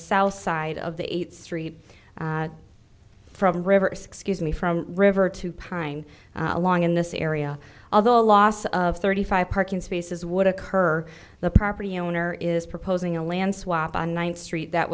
south side of the eighth street from river excuse me from river to prime along in this area although a loss of thirty five parking spaces would occur the property owner is proposing a land swap on ninth street that